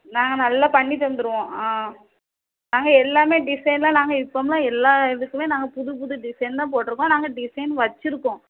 நாங்கள் நல்லா பண்ணி தந்திருவோம் ஆ நாங்கள் எல்லாமே டிசைன்லாம் நாங்கள் இப்போம்லாம் எல்லா இதுக்குமே நாங்கள் புது புது டிசைன் தான் போட்டிருக்கோம் நாங்கள் டிசைன் வச்சிருக்கோம்